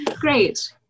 great